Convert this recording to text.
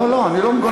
לא, לא, אני לא מגונן.